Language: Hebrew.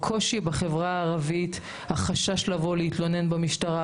הקושי בחברה הערבית, החשש לבוא ולהתלונן במשטרה.